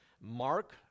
Mark